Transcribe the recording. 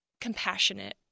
compassionate